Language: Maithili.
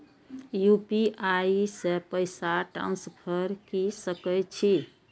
यू.पी.आई से पैसा ट्रांसफर की सके छी?